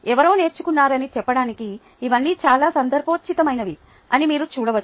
ఎవరో నేర్చుకున్నారని చెప్పడానికి ఇవన్నీ చాలా సందర్భోచితమైనవి అని మీరు చూడవచ్చు